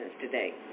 today